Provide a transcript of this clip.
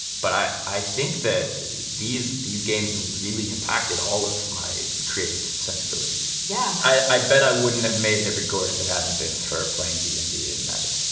but i i think that these these games really impacted all of my creative sensibilities. yeah i bet i wouldn't have made hitrecord if it hadn't been for playing d and d and magic.